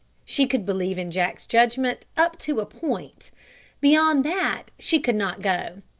she could believe in jack's judgment up to a point beyond that she could not go.